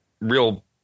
real